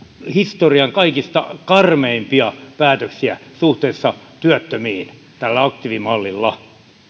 historian kaikista karmeimpia päätöksiä suhteessa työttömiin tällä aktiivimallilla